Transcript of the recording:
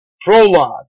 prologue